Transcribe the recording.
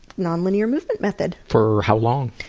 non-linear movement method. for how long?